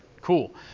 Cool